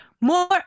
more